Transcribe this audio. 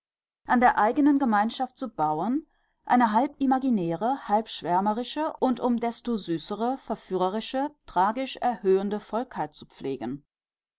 an der engen gemeinschaft zu bauen eine halb imaginäre halb schwärmerische und um desto süßere verführerische tragisch erhöhende volkheit zu pflegen